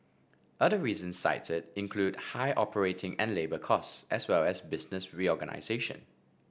other reasons cited included high operating and labour costs as well as business reorganisation